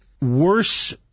worse